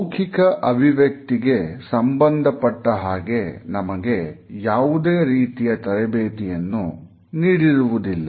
ಮೌಖಿಕ ಅಭಿವ್ಯಕ್ತಿಗೆ ಸಂಬಂಧಪಟ್ಟ ಹಾಗೆ ನಮಗೆ ಯಾವುದೇ ರೀತಿಯ ತರಬೇತಿಯನ್ನು ನೀಡಿರುವುದಿಲ್ಲ